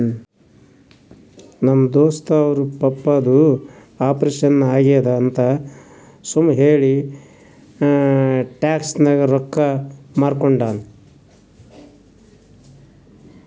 ನಮ್ ದೋಸ್ತ ಅವ್ರ ಪಪ್ಪಾದು ಆಪರೇಷನ್ ಆಗ್ಯಾದ್ ಅಂತ್ ಸುಮ್ ಹೇಳಿ ಟ್ಯಾಕ್ಸ್ ನಾಗ್ ರೊಕ್ಕಾ ಮೂರ್ಕೊಂಡಾನ್